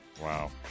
wow